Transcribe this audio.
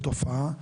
בתופעה,